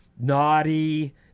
naughty